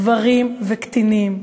גברים וקטינים,